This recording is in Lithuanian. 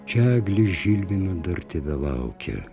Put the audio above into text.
čia eglė žilvino dar tebelaukia